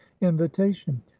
invitation